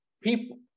people